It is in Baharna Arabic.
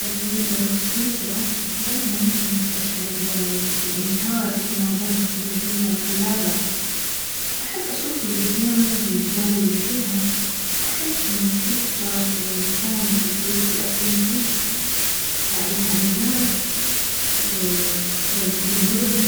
ابي اروح سويسرا دايما كنت اشعر بالانبهار بمناظرها الطبيعية الخلابة احب اشوف الوديان والجبال اللي فيها واحس انه سويسرا هو المكان اللي ودي اكون فيه بعيد عن الناس وضجيج المدن